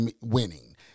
winning